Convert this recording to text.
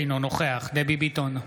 אינו נוכח דבי ביטון,